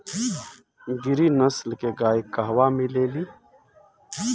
गिरी नस्ल के गाय कहवा मिले लि?